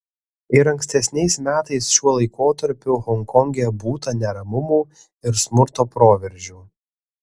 ir ankstesniais metais šiuo laikotarpiu honkonge būta neramumų ir smurto proveržių